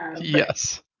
Yes